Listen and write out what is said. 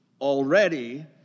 already